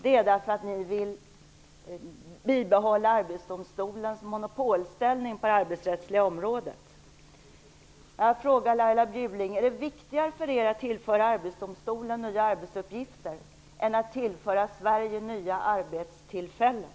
Det är därför att de vill bibehålla Arbetsdomstolens monopolställning på det arbetsrättsliga området. Jag vill fråga Laila Bjurling om det är viktigare för Socialdemokraterna att tillföra Arbetsdomstolen nya arbetsuppgifter än att tillföra Sverige nya arbetstillfällen.